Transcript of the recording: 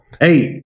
hey